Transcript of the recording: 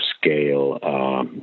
scale